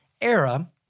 era